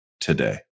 today